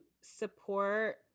support